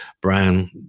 brown